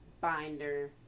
binder